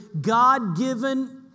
God-given